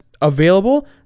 available